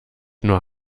nur